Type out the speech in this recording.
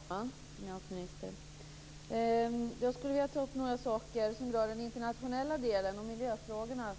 Fru talman! Finansministern! Jag skulle vilja ta upp några saker som rör de internationella frågorna och miljöfrågorna.